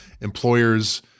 Employers